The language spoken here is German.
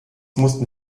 mussten